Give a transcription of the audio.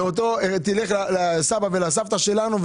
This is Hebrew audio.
תלך לסבא ולסבתא שלנו,